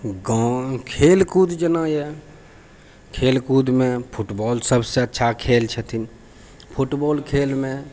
गाँव खेलकूद जेना अइ खेलकूदमे फुटबॉल सबसँ अच्छा खेल छथिन फुटबॉल खेलमे